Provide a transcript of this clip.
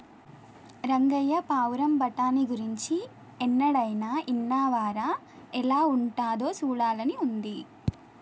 రంగయ్య పావురం బఠానీ గురించి ఎన్నడైనా ఇన్నావా రా ఎలా ఉంటాదో సూడాలని ఉంది